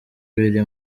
biri